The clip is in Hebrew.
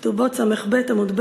כתובות סב ע"ב,